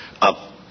up